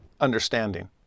understanding